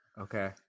Okay